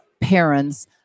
parents